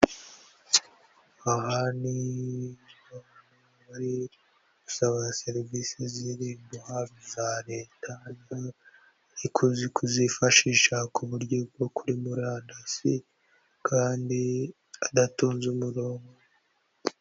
Aha ni muri saba serivisi z'Irembo hafi za Leta, aho ikunze kuzifashisha ku buryo bwo kuri murandasi, kandi adatonze umuronko.